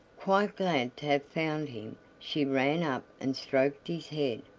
quite glad to have found him, she ran up and stroked his head,